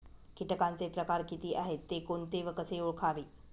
किटकांचे प्रकार किती आहेत, ते कोणते व कसे ओळखावे?